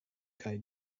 kaj